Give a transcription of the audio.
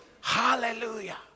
Hallelujah